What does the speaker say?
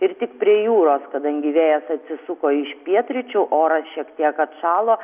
ir tik prie jūros kadangi vėjas atsisuko iš pietryčių oras šiek tiek atšalo